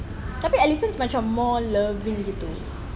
tapi elephants macam more loving begitu